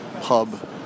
pub